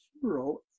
hero